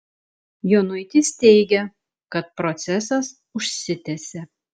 jonuitis teigia kad procesas užsitęsė